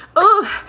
oh,